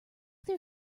their